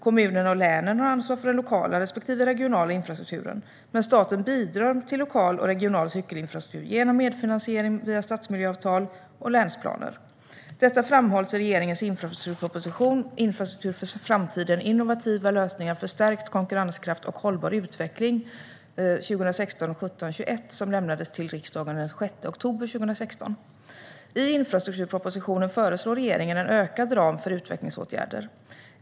Kommunerna och länen har ansvar för den lokala respektive regionala infrastrukturen, men staten bidrar till lokal och regional cykelinfrastruktur genom medfinansiering via stadsmiljöavtal och länsplaner. Detta framhålls i regeringens infrastrukturproposition 2016/17:21 Infrastruktur för framtiden - innovativa lösningar för stärkt konkurrenskraft och hållbar utveckling , som lämnades till riksdagen den 6 oktober 2016. I infrastrukturpropositionen föreslår regeringen en ökad ram för utvecklingsåtgärder.